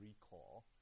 recall